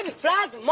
and fat